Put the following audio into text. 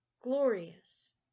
glorious